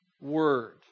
word